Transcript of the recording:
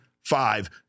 five